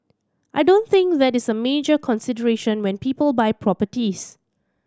I don't think that is a major consideration when people buy properties